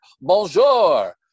Bonjour